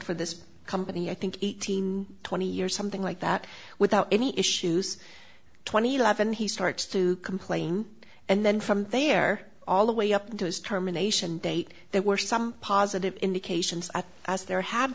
for this company i think eighteen twenty years something like that without any issues twenty eleven he starts to complain and then from there all the way up to his terminations date there were some positive indications are as there ha